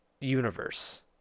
universe